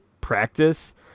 practice